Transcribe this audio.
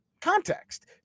context